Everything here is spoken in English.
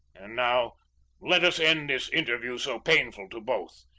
and now let us end this interview so painful to both.